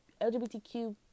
LGBTQ